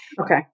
Okay